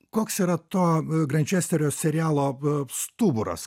koks yra to grančesterio serialo stuburas